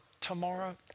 tomorrow